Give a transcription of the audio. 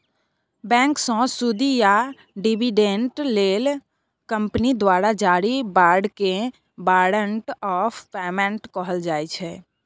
बैंकसँ सुदि या डिबीडेंड लेल कंपनी द्वारा जारी बाँडकेँ बारंट आफ पेमेंट कहल जाइ छै